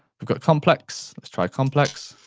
we've got complex, let's try complex.